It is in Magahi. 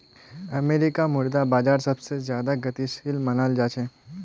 अमरीकार मुद्रा बाजार सबसे ज्यादा गतिशील मनाल जा छे